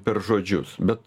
per žodžius bet